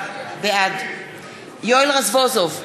בעד יואל רזבוזוב,